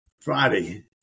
Friday